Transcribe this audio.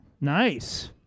Nice